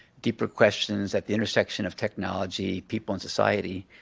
deeper questions at the intersection of technology, people and society,